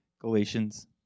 Galatians